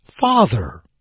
Father